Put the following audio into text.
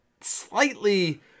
slightly